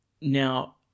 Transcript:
Now